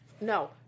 No